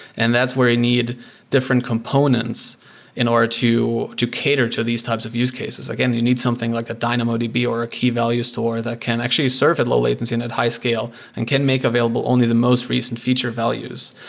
and that's where you need different components in order to to cater to these types of use cases. again, you need something like a dynamodb or a keyvalue store that can actually serve at low latency and at high scale and can make available only the most recent future values.